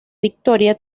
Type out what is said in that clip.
victoria